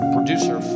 Producer